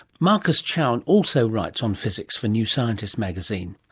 marcus chown also writes on physics for new scientist magazine.